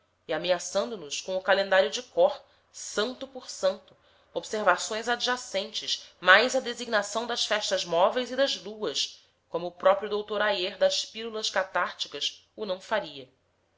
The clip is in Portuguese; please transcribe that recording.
e ameaçando nos com o calendário de cor santo por santo observações adjacentes mais a designação das festas móveis e das luas como o próprio doutor ayer das pílulas catárticas o não faria